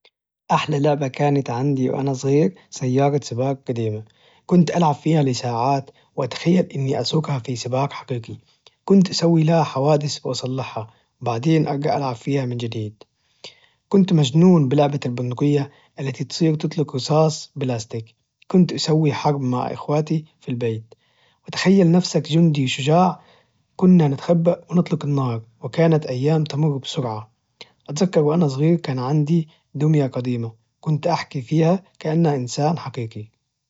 أحلى لعبة كانت عندي وأنا صغير سيارة سباق قديمة، كنت ألعب فيها لساعات، وأتخيل إني أسوقها في سباق حقيقي، كنت أسوي لها حوادث وأصلحها وبعدين أرجع ألعب فيها من جديد، كنت مجنون بلعبة البندقية التي تصير تطلق رصاص بلاستيك، كنت أسوي حرب مع أخواتي في البيت، وتخيل نفسك جندي شجاع كنا نتخبى ونطلق النار، وكانت أيام تمر بسرعة، أتذكر وأنا صغير كان عندي دمية قديمة كنت أحكي فيها كأنها إنسان حقيقي.